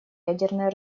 ядерное